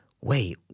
wait